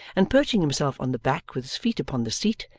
and perching himself on the back with his feet upon the seat,